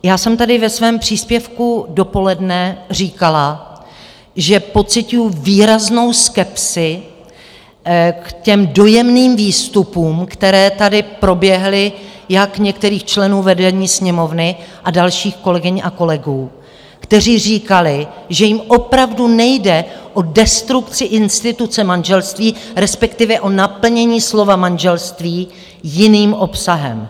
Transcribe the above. Já jsem tady ve svém příspěvku dopoledne říkala, že pociťuju výraznou skepsi k těm dojemným výstupům, které tady proběhly, jak některých členů vedení Sněmovny a dalších kolegyň a kolegů, kteří říkali, že jim opravdu nejde o destrukci instituce manželství, respektive o naplnění slova manželství jiným obsahem.